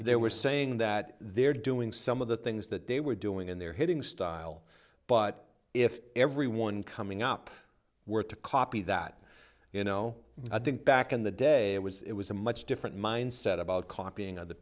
they were saying that they're doing some of the things that they were doing and they're hitting style but if everyone coming up were to copy that you know i think back in the day it was it was a much different mindset about copying other